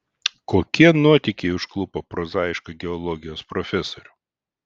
kokie nuotykiai užklupo prozaišką geologijos profesorių